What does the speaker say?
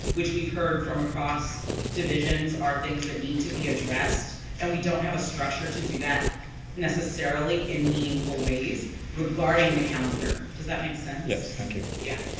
which we've heard from across divisions are things that need to be addressed and we don't have a structure to do necessarily in meaningful ways regarding the calendar. does that make sense? yes. thank you. yeah.